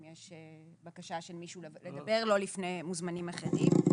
אם יש בקשה של מישהו לדבר לא לפני מוזמנים אחרים.